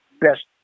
best